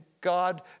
God